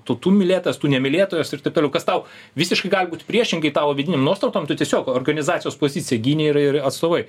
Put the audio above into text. tu tų mylėtojas tų nemylėtojasir taip toliau kas tau visiškai gali būt priešingai tavo vidinėm nuostatom tu tiesiog organizacijos poziciją gynei ir ir atstovai